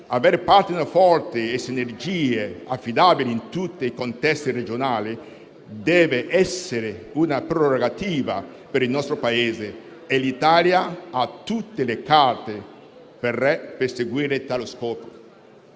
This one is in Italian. Avere *partner* forti e sinergie affidabili in tutti i contesti regionali deve essere una prerogativa per il nostro Paese e l'Italia ha tutte le carte per perseguire tale scopo.